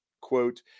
quote